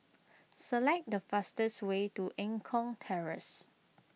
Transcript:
select the fastest way to Eng Kong Terrace